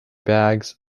bags